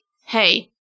hey